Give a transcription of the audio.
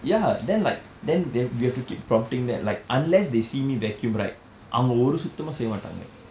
ya then like then they we have to keep prompting that like unless they see me vacuum right அவங்க ஒரு சுத்தமும் செய்ய மாட்டாங்க:avnga oru sutthammum seyya maattanga